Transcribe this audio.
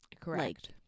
correct